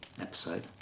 episode